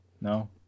No